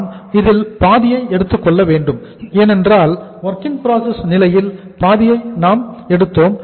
நாம் இதில் பாதியை எடுத்துக்கொள்ள வேண்டும் ஏனென்றால் WIP நிலையில் பாதியை நாம் எடுத்தோம்